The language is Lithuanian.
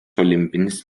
olimpinis